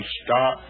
stop